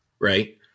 right